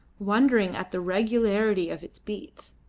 wondering at the regularity of its beats.